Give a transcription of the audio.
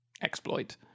exploit